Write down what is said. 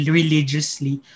religiously